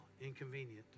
inconvenient